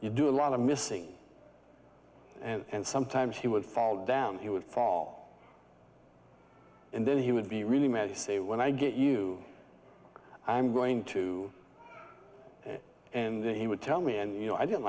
you do a lot of missing and sometimes he would fall down he would fall and then he would be really mad you say when i get you i'm going to and then he would tell me and you know i don't